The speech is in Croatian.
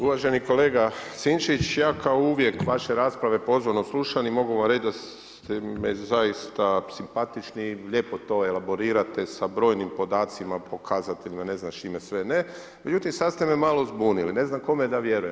Uvaženi kolega Sinčić, ja kao i uvijek vaše rasprave pozorno slušam i mogu vam reći da ste mi zaista simpatični i lijepo to elaborirate sa brojim podacima, pokazateljima i ne znam s čime sve ne. međutim sada ste me malo zbunili, ne znam kome da vjerujem.